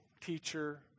teacher